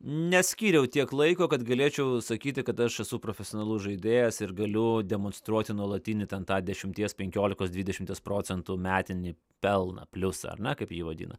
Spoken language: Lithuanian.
neskyriau tiek laiko kad galėčiau sakyti kad aš esu profesionalus žaidėjas ir galiu demonstruoti nuolatinį ten tą dešimties penkiolikos dvidešimties procentų metinį pelną pliusą ar ne kaip jį vadina